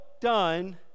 done